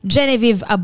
Genevieve